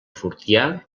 fortià